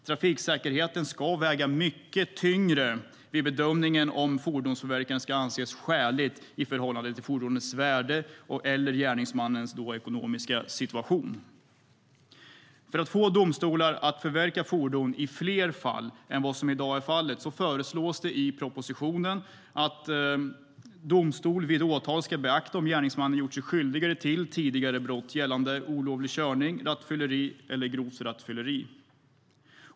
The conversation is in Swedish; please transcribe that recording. Trafiksäkerheten ska väga mycket tyngre vid bedömningen av om fordonsförverkande ska anses skäligt i förhållande till fordonets värde eller gärningsmannens ekonomiska situation. För att få domstolar att förverka fordon i fler fall än i dag föreslås det i propositionen att domstol vid åtal ska beakta om gärningsmannen har gjort sig skyldig till tidigare brott gällande olovlig körning, rattfylleri eller grovt rattfylleri.